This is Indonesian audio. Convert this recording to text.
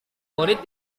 murid